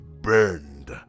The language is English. burned